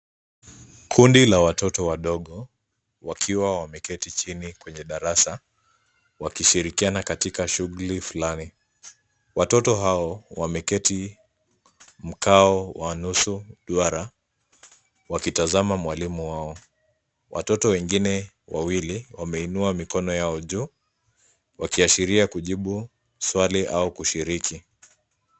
Kundi la watoto wadogo wakiwa wameketi chini kwenye darasa wakishirikiana katika shughuli fulani. Watoto hao wameketi mkao wa nusu duara, wakitazama mwalimu wao. Watoto wengine wawili, wameinua mikono yao juu wakiashiria kujibu swali au kushiriki.